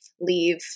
leave